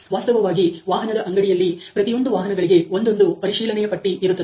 ವಾಸ್ತವವಾಗಿ ವಾಹನದ ಅಂಗಡಿಯಲ್ಲಿ ಪ್ರತಿಯೊಂದು ವಾಹನಗಳಿಗೆ ಒಂದೊಂದು ಪರಿಶೀಲನೆಯ ಪಟ್ಟಿ ಇರುತ್ತದೆ